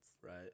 right